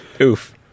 Oof